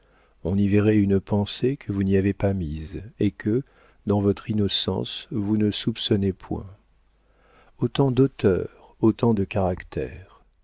on y verrait une pensée que vous n'y avez pas mise et que dans votre innocence vous ne soupçonnez point autant d'auteurs autant de caractères